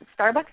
Starbucks